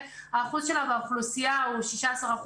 האחוז שלה באוכלוסייה הוא 16%,